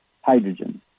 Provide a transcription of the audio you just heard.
hydrogen